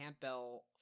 campbell